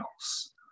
else